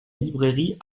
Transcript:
librairie